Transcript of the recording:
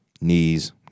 knees